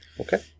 Okay